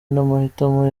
n’amahitamo